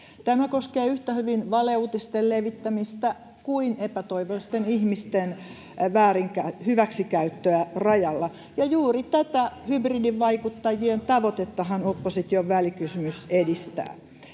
täällä nyt on levitetty?] kuin epätoivoisten ihmisten hyväksikäyttöä rajalla. Ja juuri tätä hybridivaikuttajien tavoitettahan opposition välikysymys edistää.